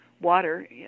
water